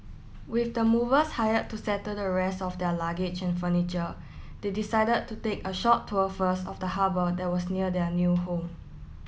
with the movers hire to settle the rest of their luggage and furniture they decided to take a short tour first of the harbour that was near their new home